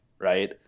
right